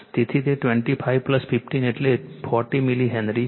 તેથી તે 25 15 એટલે 40 મિલી હેનરી છે